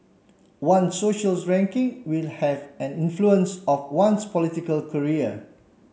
one ranking will have an influence of one's political career